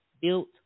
built